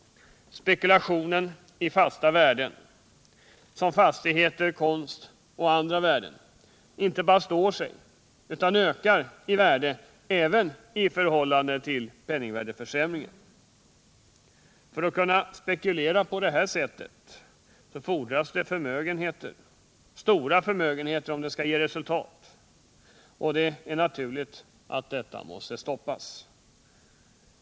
De fasta värden såsom fastigheter och konst som det spekuleras i inte bara står sig utan ökar i värde även i förhållande till penningvärdeförsämringen. För att kunna spekulera på detta sätt fordras det stora förmögenheter om det skall ge resultat, och sådan spekulation måste naturligtvis stoppas.